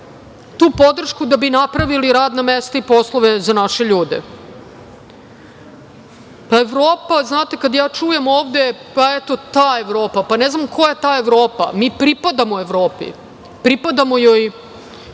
tu podršku da bi napravili radna mesta i poslove za naše ljude. Evropa, kada čujemo ovde – pa eto ta Evropa, pa ne znam koja ta Evropa. Mi pripadamo Evropi, pripadamo joj